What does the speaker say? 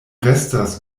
restas